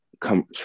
come